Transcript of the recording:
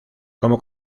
como